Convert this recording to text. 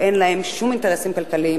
אין להם שום אינטרסים כלכליים,